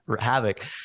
havoc